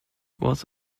was